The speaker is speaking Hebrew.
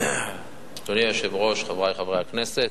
אדוני היושב-ראש, חברי חברי הכנסת,